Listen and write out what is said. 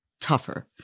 tougher